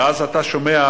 ואז אתה שומע,